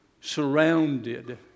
surrounded